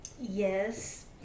yes